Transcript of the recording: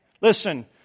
Listen